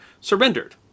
surrendered